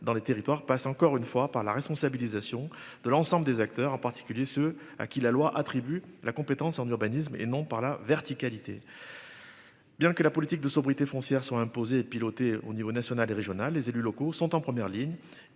dans les territoires passe encore une fois, par la responsabilisation de l'ensemble des acteurs en particulier ceux à qui la loi attribue la compétence en urbanisme et non par la verticalité. Bien que la politique de sobriété foncière sont imposés pilotée au niveau national et régional, les élus locaux sont en première ligne.